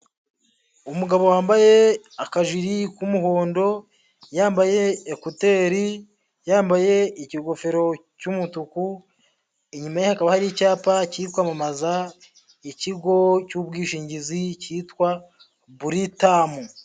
Umugabo wambaye akajiri k'umuhondo, yambaye ekuteri, yambaye ikigofero cy'umutuku, inyuma ye hakaba hari icyapa kiri kwamamaza ikigo cy'ubwishingizi cyitwa Buritamu.